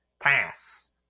tasks